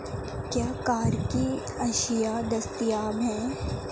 کیا کار کی اشیا دستیاب ہیں